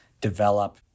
develop